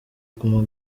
guma